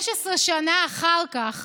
15 שנה אחר כך